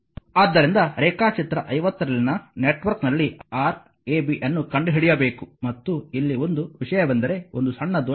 ಆದ್ದರಿಂದ ರೇಖಾಚಿತ್ರ 50 ರಲ್ಲಿನ ನೆಟ್ವರ್ಕ್ ನಲ್ಲಿ Rab ಅನ್ನು ಕಂಡುಹಿಡಿಯಬೇಕು ಮತ್ತು ಇಲ್ಲಿ ಒಂದು ವಿಷಯವೆಂದರೆ ಒಂದು ಸಣ್ಣ ದೋಷವಿದೆ